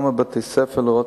גם בבתי-ספר,